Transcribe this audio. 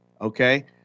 Okay